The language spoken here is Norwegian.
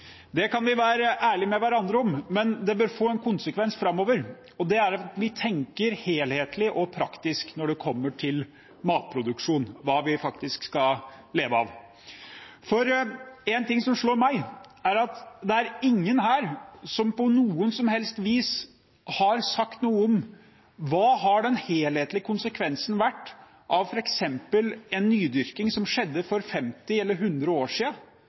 Det kan vi være ærlige med hverandre om, men det bør få en konsekvens framover: at vi tenker helhetlig og praktisk når det kommer til matproduksjon, hva vi faktisk skal leve av. For én ting som slår meg, er at ingen her på noe som helst vis har sagt noe om hva den helhetlige konsekvensen har vært av f.eks. en nydyrking som skjedde for 50 eller 100 år